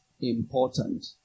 important